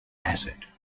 acid